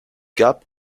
gab